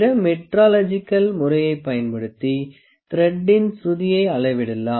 பிற மெட்ரோலாஜிக்கல் முறையைப் பயன்படுத்தி த்ரெடின் சுருதியை அளவிடலாம்